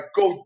go